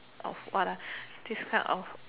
of what ah this kind of uh